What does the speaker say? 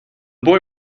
boy